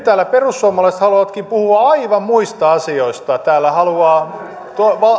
täällä perussuomalaiset haluavatkin puhua aivan muista asioista täällä haluaa